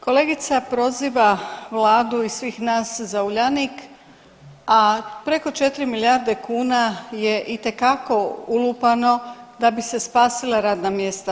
Kolegica proziva vladu i svih nas za Uljanik, a preko 4 milijarde kuna je itekako ulupano da bi se spasila radna mjesta.